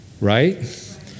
Right